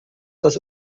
das